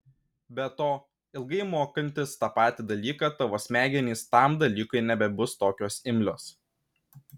be to ilgai mokantis tą patį dalyką tavo smegenys tam dalykui nebebus tokios imlios